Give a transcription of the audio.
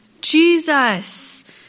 Jesus